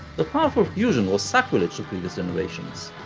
the powerful fusion was sacrilege to previous generations,